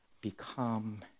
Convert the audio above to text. become